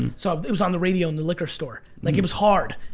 and so it was on the radio in the liquor store. like it was hard,